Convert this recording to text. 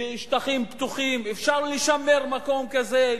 ושטחים פתוחים, אפשר לשמר מקום כזה.